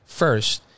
first